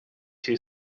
too